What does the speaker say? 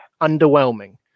underwhelming